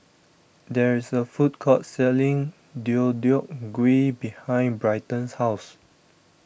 there is a food court selling Deodeok Gui behind Bryton's house